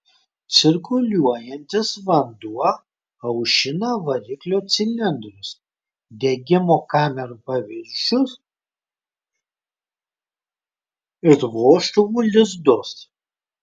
cirkuliuojantis vanduo aušina variklio cilindrus degimo kamerų paviršius ir vožtuvų lizdus